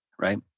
right